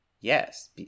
Yes